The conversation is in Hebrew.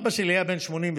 אבא שלי היה בן 87,